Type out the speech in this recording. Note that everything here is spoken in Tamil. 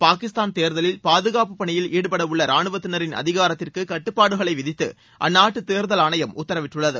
பாகிஸ்தான் தேர்தலில் பாதுகாப்பு பணியில் ஈடுபடவுள்ள ரானுவத்தினரின் அதிகாரத்திற்கு கட்டுபாடுகளை விதித்து அந்நாட்டு தேர்தல் ஆணையம் உத்தரவிட்டுள்ளது